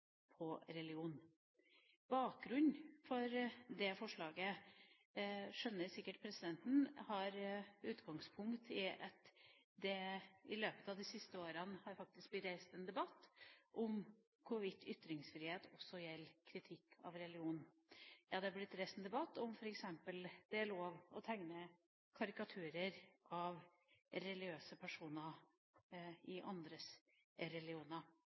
Bakgrunnen for det forslaget, skjønner sikkert presidenten, har utgangspunkt i at det i løpet av de siste årene faktisk har blitt reist en debatt om hvorvidt ytringsfrihet også gjelder kritikk av religion. Det har blitt reist en debatt om hvorvidt det er lov å tegne karikaturer av religiøse personer i andres religioner.